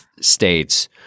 States